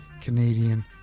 Canadian